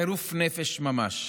בחירוף נפש ממש.